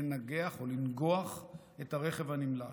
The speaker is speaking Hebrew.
לנגח או לנגוח את הרכב הנמלט.